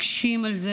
מתעקשים על זה.